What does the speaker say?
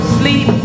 sleep